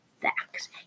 facts